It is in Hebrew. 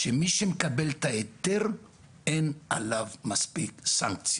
שמי שמקבל את ההיתר, אין עליו מספיק סנקציות.